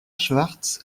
schwartz